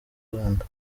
rwanda